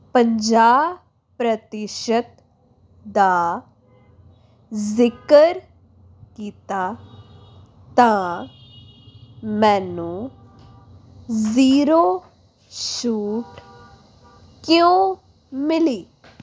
ਪੰਜਾਹ ਪ੍ਰਤਿਸ਼ਤ ਦਾ ਜ਼ਿਕਰ ਕੀਤਾ ਤਾਂ ਮੈਨੂੰ ਜ਼ੀਰੋ ਛੂਟ ਕਿਉਂ ਮਿਲੀ